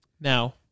Now